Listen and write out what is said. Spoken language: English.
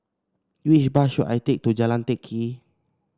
which bus should I take to Jalan Teck Kee